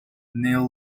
neo